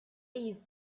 these